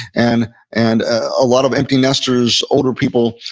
and and a lot of empty nesters, older people,